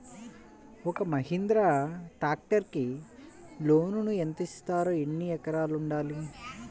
ఒక్క మహీంద్రా ట్రాక్టర్కి లోనును యెంత ఇస్తారు? ఎన్ని ఎకరాలు ఉండాలి?